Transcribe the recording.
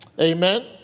Amen